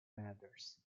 matters